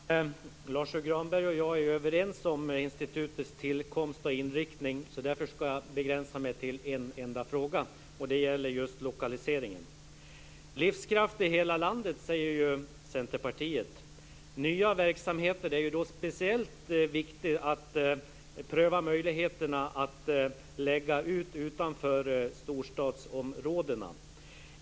Fru talman! Lars U Granberg och jag är överens om institutets tillkomst och inriktning. Därför ska jag begränsa mig till en enda fråga, och den gäller just lokaliseringen. Livskraft i hela landet, säger ju Centerpartiet, och det är då speciellt viktigt att pröva möjligheterna att förlägga nya verksamheter utanför storstadsområdena.